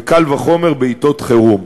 וקל וחומר בעתות חירום.